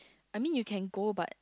I mean you can go but